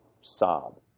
sob